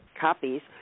copies